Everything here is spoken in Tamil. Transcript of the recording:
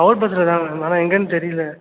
அவுட் பஸ்லதான் மேம் ஆனால் எங்கன்னு தெரியல